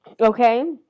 Okay